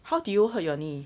how did you hurt your knee